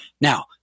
Now